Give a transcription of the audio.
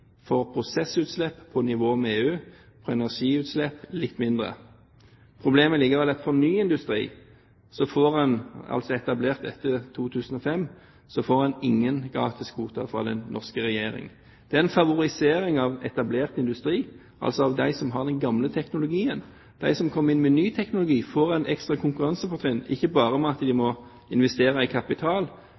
for prosessutslipp, på nivå med EU – for energiutslipp, noe mindre. Problemet ligger i at ny industri, etablert etter 2005, får ingen gratis kvoter av den norske regjering. Det er en favorisering av etablert industri, altså av de som har den gamle teknologien. De som kommer inn med ny teknologi, får et ekstra konkurransefortrinn. Ikke bare må de investere i kapital,